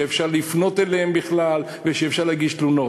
שאפשר לפנות אליה ואפשר להגיש תלונות.